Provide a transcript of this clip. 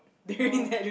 no